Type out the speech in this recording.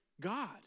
God